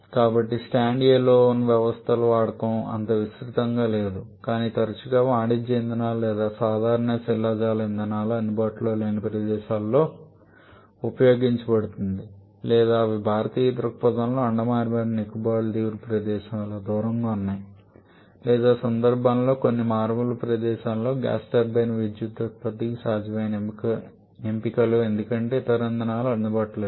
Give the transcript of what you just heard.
కాబట్టి standalone వ్యవస్థల వాడకం అంత విస్తృతంగా లేదు చాలా తరచుగా ఇది వాణిజ్య ఇంధనాలు లేదా సాధారణ శిలాజ ఇంధనాలు అందుబాటులో లేని ప్రదేశాలలో ఉపయోగించబడుతుంది లేదా అవి భారతీయ దృక్పథం లో అండమాన్ మరియు నికోబార్ దీవులు ప్రదేశంఇలా దూరంగా ఉన్నాయి లేదా సుందర్బన్స్ కొన్ని మారుమూల ప్రదేశాలలో గ్యాస్ టర్బైన్లు విద్యుత్ ఉత్పత్తికి సాధ్యమయ్యే ఎంపికలు ఎందుకంటే ఇతర ఇంధనాలు అందుబాటులో లేవు